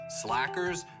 slackers